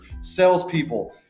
salespeople